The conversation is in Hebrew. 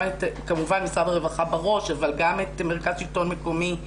כמובן את משרד הרווחה בראש אבל גם את מרכז שלטון מקומי,